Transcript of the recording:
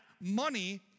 money